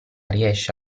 riesce